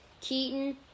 Keaton